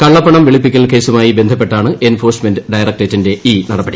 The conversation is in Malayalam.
കള്ളപ്പണം വെളുപ്പിക്കൽ കേസുമായി ബന്ധപ്പെട്ടാണ് എൻഫോഴ്സ്മെന്റ് ഡയറക്ടറേറ്റിന്റെ ഈ നടപടി